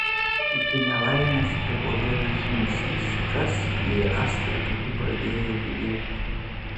iki nelaimės buvo vienas žingsnis kas jei rąstai būtų pradėję byrėti